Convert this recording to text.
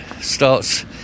starts